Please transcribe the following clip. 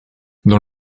dans